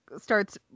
starts